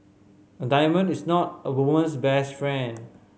a diamond is not a woman's best friend